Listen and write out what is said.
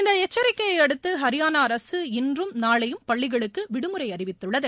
இந்த எச்சிக்கையை அடுத்து அரியாளா அரசு இன்றும் நாளையும் பள்ளிகளுக்கு விடுமுறை அறிவித்துள்ளது